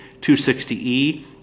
260E